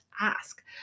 ask